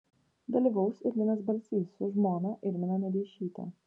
dalyvaus ir linas balsys su žmona irmina medeišyte